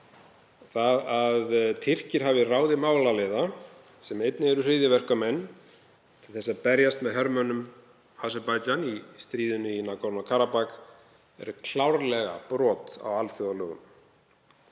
Það að Tyrkir hafi ráðið málaliða, sem einnig eru hryðjuverkamenn, til þess að berjast með hermönnum Aserbaídsjans í stríðinu í Nagorno-Karabakh er klárlega brot á alþjóðalögum.